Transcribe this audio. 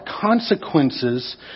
consequences